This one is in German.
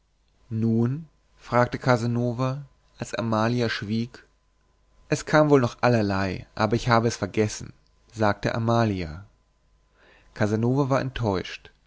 nun fragte casanova als amalia schwieg es kam wohl noch allerlei aber ich hab es vergessen sagte amalia casanova war enttäuscht